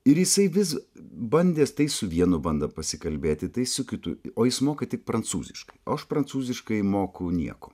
ir jisai vis bandęs tai su vienu bando pasikalbėti tai su kitu o jis moka tik prancūziškai o aš prancūziškai moku nieko